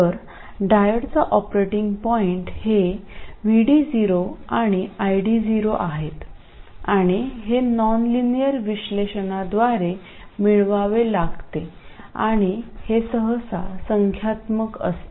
तर डायोडचा operating point हे VD0 आणि ID0 आहेत आणि हे नॉनलिनियर विश्लेषणाद्वारे मिळवावे लागेल आणि हे सहसा संख्यात्मक असते